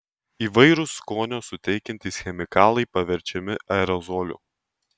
įvairūs skonio suteikiantys chemikalai paverčiami aerozoliu